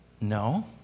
No